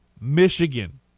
Michigan